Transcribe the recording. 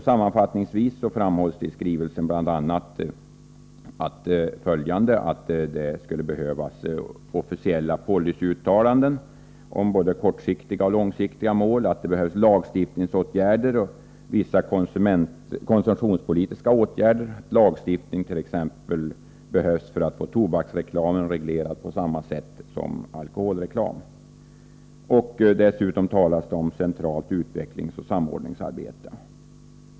Sammanfattningsvis framhålls i skrivelsen bl.a. att det skulle behövas officiella policyuttalanden om både kortsiktiga och långsiktiga åtgärder samt att det skulle behövas lagstiftningsåtgärder och vissa konsumtionspolitiska åtgärder. Lagstiftning skulle behövast.ex. för att få tobaksreklamen reglerad på samma sätt som alkoholreklamen. Dessutom talas det om centralt utvecklingsoch samordningsarbete.